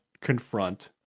confront